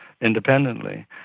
independently